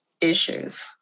issues